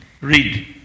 Read